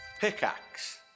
Pickaxe